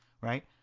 right